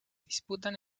disputan